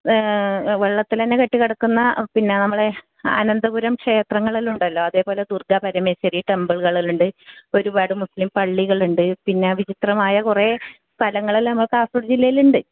വെള്ളത്തിലന്നെ കെട്ടി കിടക്കുന്ന പിന്നെ നമ്മളെ അനന്തപുരം ക്ഷേത്രങ്ങളെല്ലാം ഉണ്ടല്ലോ അതുപോലെ ദുർഗാ പരമേശ്വരി ടെംബിളുകൾ എല്ലാം ഉണ്ട് ഒരുപാട് മുസ്ലിം പള്ളികൾ ഉണ്ട് പിന്നെ വിചിത്രമായ കുറെ സ്ഥലങ്ങളെല്ലാം നമ്മൾ കാസർഗോഡ് ജില്ലയിൽ ഉണ്ട്